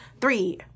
Three